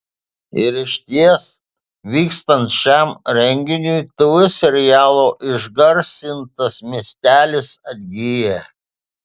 ir išties vykstant šiam renginiui tv serialo išgarsintas miestelis atgyja